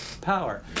power